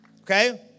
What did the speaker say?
okay